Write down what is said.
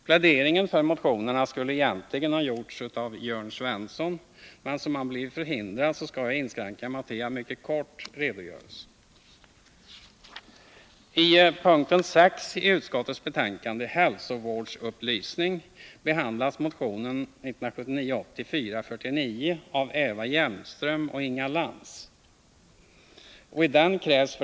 Pläderingen för motionerna skulle egentligen ha gjorts av Jörn Svensson, men eftersom han blivit förhindrad skall jag inskränka mig till en mycket kort redogörelse.